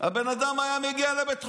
הבן אדם היה מגיע לבית חולים.